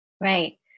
right